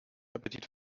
appetit